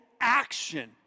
action